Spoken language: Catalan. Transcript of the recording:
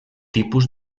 tipus